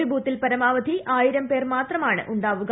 ഒരു ബൂത്തിൽ പരമാവധി ആയിരം പേർ മാത്രമാണ് ഉണ്ടാവുക